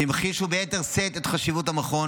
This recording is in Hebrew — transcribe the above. שהמחישו ביתר שאת את חשיבות המכון